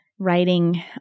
writing